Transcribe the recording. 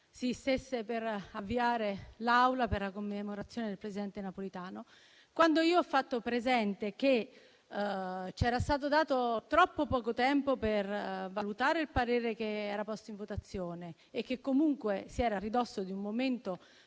si stesse per avviare in Aula la commemorazione del Presidente Napolitano. Quando io ho fatto presente che c'era stato dato troppo poco tempo per valutare il parere che era posto in votazione e che comunque si era a ridosso di un momento